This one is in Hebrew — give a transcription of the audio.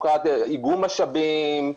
איגום משאבים,